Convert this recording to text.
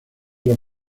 los